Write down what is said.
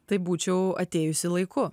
tai būčiau atėjusi laiku